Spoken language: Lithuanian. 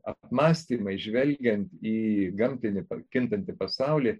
apmąstymai žvelgiant į gamtinį kintantį pasaulį